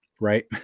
right